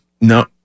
No